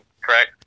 correct